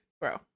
bro